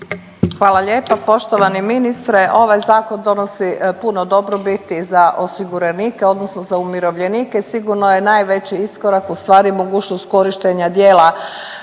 Hvala lijepo poštovani ministre. Ovaj Zakon donosi puno dobrobiti za osiguranike odnosno za umirovljenike i sigurno je najveći iskorak ustvari mogućnost korištenja dijela